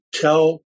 tell